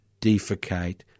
defecate